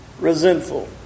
resentful